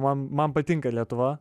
man man patinka lietuva